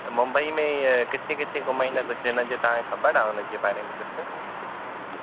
त मुंबई में हीअ किथे किथे घुमाईंदा कुझु हिन जो तव्हां खे ख़बर आहे हिन जे बारे में कुझु